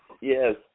Yes